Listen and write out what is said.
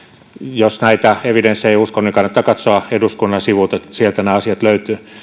jos näitä evidenssejä ei usko niin kannattaa katsoa eduskunnan sivuilta sieltä nämä asiat